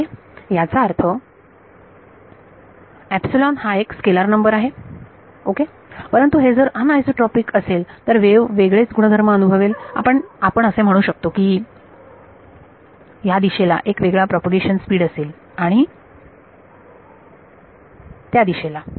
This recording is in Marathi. ओके याचा अर्थ हा एक स्केलार नंबर आहे ओके परंतु हे जर अनआयसोट्रॉपीक असेल तर वेव्ह वेगळेच गुणधर्म अनुभवेल आपण असे म्हणू शकतो की ह्या दिशेला एक वेगळा प्रोपागेशन स्पीड असेल आणि त्या दिशेला